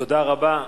תודה רבה.